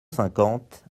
cinquante